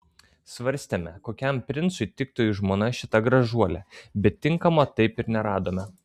svarstėme kokiam princui tiktų į žmonas šita gražuolė bet tinkamo taip ir neradome